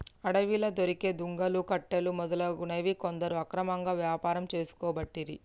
అడవిలా దొరికే దుంగలు, కట్టెలు మొదలగునవి కొందరు అక్రమంగా వ్యాపారం చేసుకోబట్టిరి